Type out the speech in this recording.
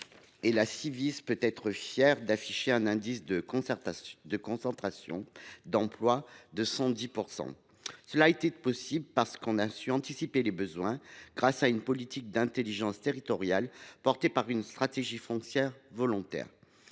la Civis peut être fière d’afficher un indice de concentration d’emplois de 110 %. Ce résultat a été rendu possible par l’anticipation des besoins, grâce à une politique d’intelligence territoriale portée par une stratégie foncière volontaire.